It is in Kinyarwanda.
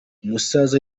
umusaza